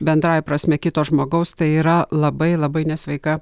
bendrąja prasme kito žmogaus tai yra labai labai nesveika